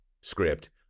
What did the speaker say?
script